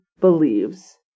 believes